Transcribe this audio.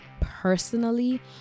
personally